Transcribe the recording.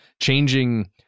changing